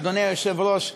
אדוני היושב-ראש,